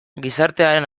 gizartearen